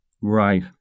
Right